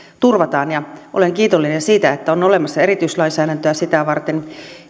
turvataan ja olen kiitollinen siitä että on olemassa erityislainsäädäntöä sitä varten